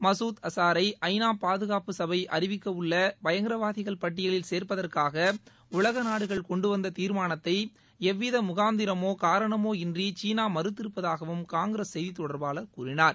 மசூத் அசாரை ஐநா பாதுகாப்பு சபை அறிவிக்க உள்ள பயங்கரவாதிகள் பட்டியலில் சோப்பதற்காக உலக நாடுகள் கொண்டு வந்த தீர்மானத்தை எவ்வித முகாந்தரமோ காரணமோ இன்றி சீனா மறுத்திருப்பதாகவும் காங்கிரஸ் செய்திதொடர்பாளர் கூறினார்